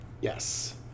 Yes